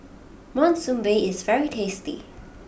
Monsunabe is very tasty